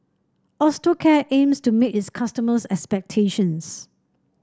Osteocare aims to meet its customers' expectations